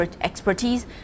expertise